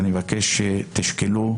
ואני מבקש שתשקלו,